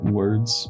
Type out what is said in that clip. words